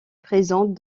présentes